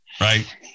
Right